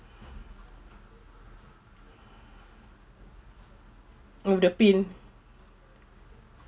oh the pin